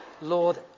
Lord